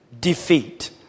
defeat